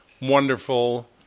wonderful